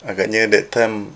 agaknya that time